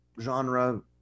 genre